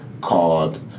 called